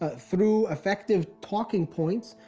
ah through effective talking points,